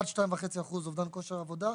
עד 2.5% אובדן כושר עבודה,